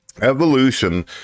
Evolution